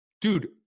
Dude